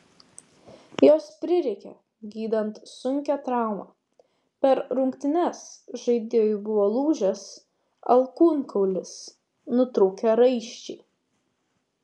jos prireikė gydant sunkią traumą per rungtynes žaidėjui buvo lūžęs alkūnkaulis nutrūkę raiščiai